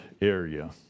area